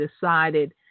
decided